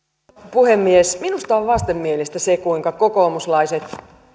puhemies minusta on vastenmielistä se kuinka kokoomuslaiset